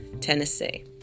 Tennessee